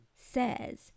says